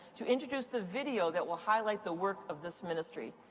to introduce the video that will highlight the work of this ministry.